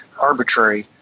arbitrary